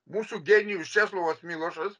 mūsų genijus česlovas milošas